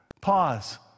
Pause